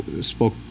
spoke